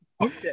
Okay